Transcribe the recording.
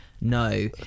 No